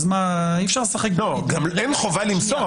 אי-אפשר לשחק --- גם אין חובה למסור,